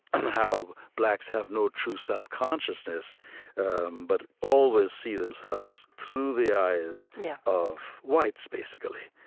and how blacks have no true self-consciousness um but always see themselves through the eyes of whites, basically,